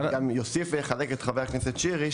אני אוסף ואחזק את חבר הכנסת שירי,